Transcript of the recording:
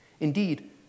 Indeed